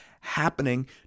happening